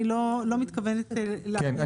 אני לא מתכוונת --- כן,